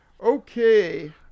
Okay